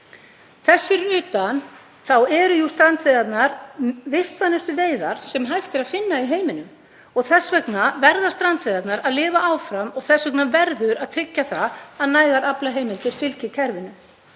Þess fyrir utan eru jú strandveiðarnar vistvænustu veiðar sem hægt er að finna í heiminum. Þess vegna verða strandveiðarnar að lifa áfram og þess vegna verður að tryggja að nægar aflaheimildir fylgi kerfinu.